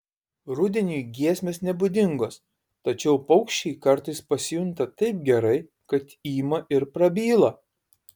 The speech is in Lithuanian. rudeniui giesmės nebūdingos tačiau paukščiai kartais pasijunta taip gerai kad ima ir prabyla